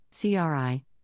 CRI